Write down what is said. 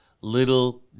little